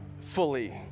fully